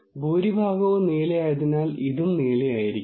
നിങ്ങൾ fluorescent chemical ഒന്ന് എടുത്ത് അത് തളിക്കുക